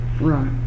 Right